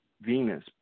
Venus